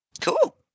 Cool